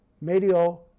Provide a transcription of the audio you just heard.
Medio